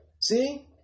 See